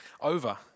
over